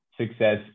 success